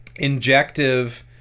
injective